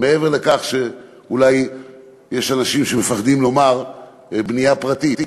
מעבר לזה שיש אולי אנשים שפוחדים לומר בנייה פרטית.